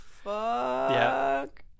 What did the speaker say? Fuck